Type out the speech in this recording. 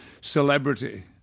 celebrity